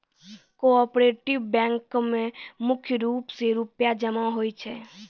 cooperative बैंको म मुख्य रूप से रूपया जमा होय छै